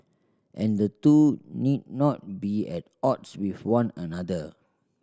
and the two need not be at odds with one another